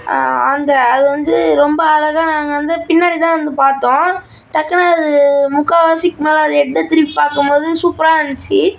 அந்த அது வந்து ரொம்ப அழகாக நாங்கள் வந்து பின்னாடி தான் இருந்து பார்த்தோம் டக்குனு அது முக்கால் வாசிக்கு மேலே அது ஹெட்டை திருப்பி பார்க்கும் போது சூப்பராக இருந்துச்சு